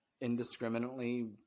indiscriminately